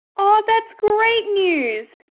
oh that's great news!